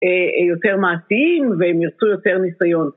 יותר מעשיים והם ירצו יותר ניסיון.